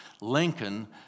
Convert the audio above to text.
Lincoln